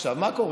עכשיו, מה קורה?